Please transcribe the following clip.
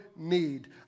Need